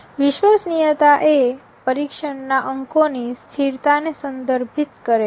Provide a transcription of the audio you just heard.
વિશ્વાસનીયતા એ પરીક્ષણના અંકોની સ્થિરતાને સંદર્ભિત કરે છે